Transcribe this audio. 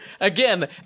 Again